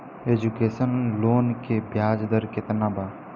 Education loan के ब्याज दर केतना बा?